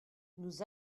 nous